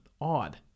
odd